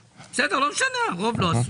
לא משנה, הרוב לא עשה.